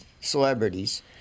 celebrities